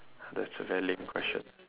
that's a very lame question